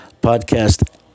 Podcast